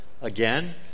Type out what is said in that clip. again